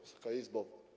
Wysoka Izbo!